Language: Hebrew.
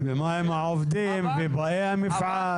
--- ומה עם העובדים ובעלי המפעל?